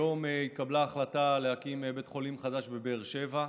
היום התקבלה החלטה להקים בית חולים חדש בבאר שבע,